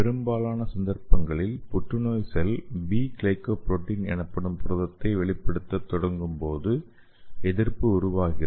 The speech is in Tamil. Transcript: பெரும்பாலான சந்தர்ப்பங்களில் புற்றுநோய் செல் பி கிளைகோபுரோட்டீன் எனப்படும் புரதத்தை வெளிப்படுத்தத் தொடங்கும் போது எதிர்ப்பு உருவாகிறது